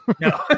No